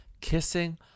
kissing